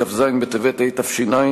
כ"ז בטבת התש"ע,